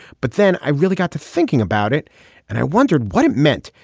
but then i really got to thinking about it and i wondered what it meant.